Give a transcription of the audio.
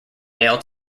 male